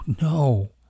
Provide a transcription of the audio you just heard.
no